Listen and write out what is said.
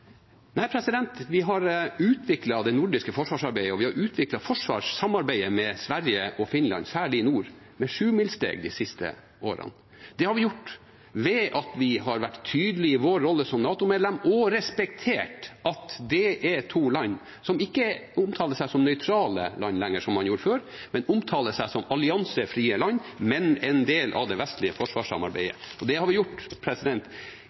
vi har utviklet det nordiske forsvarsarbeidet, og vi har utviklet forsvarssamarbeidet med Sverige og Finland, særlig i nord, med sjumilssteg de siste årene. Det har vi gjort ved at vi har vært tydelige i vår rolle som NATO-medlem og respektert at det er to land som ikke omtaler seg som nøytrale land lenger, som man gjorde før, men som omtaler seg som alliansefrie land, men er en del av det vestlige forsvarssamarbeidet. Det har vi gjort